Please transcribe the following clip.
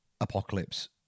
Apocalypse